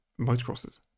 motocrosses